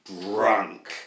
drunk